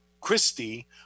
Christie